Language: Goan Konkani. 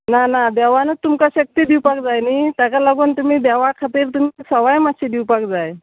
ना ना देवानूच तुमकां शक्ती दिवपाक जाय न्ही ताका लागून तुमी देवा खातीर तुमी सवाय मातशी दिवपाक जाय